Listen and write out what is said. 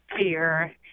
fear